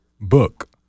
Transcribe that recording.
Book